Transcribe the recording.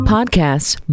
Podcasts